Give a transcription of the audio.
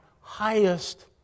highest